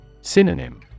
Synonym